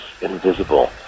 invisible